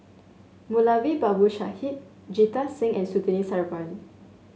Moulavi Babu Sahib Jita Singh and Surtini Sarwan